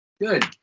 good